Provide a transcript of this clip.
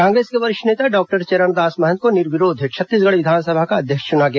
कांग्रेस के वरिष्ठ नेता डॉक्टर चरणदास महंत को निर्विरोध छत्तीसग विधानसभा का अध्यक्ष चुना गया